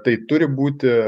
tai turi būti